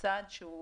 בצעד שהוא